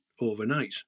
overnight